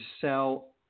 sell